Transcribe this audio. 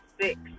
six